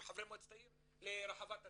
עם חברי מועצת העיר לרחבת הטקס,